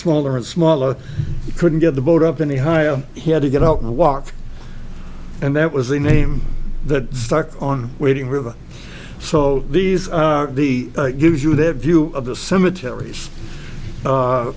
smaller and smaller couldn't get the boat up any higher he had to get up and walk and that was the name that stuck on waiting river so these are the gives you their view of the cemeteries